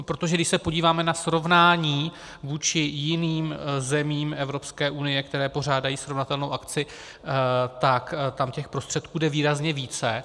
Protože když se podíváme na srovnání vůči jiným zemím Evropské unie, které pořádají srovnatelnou akci, tak tam těch prostředků jde výrazně více.